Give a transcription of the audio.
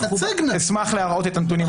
אשמח להראות את הנתונים.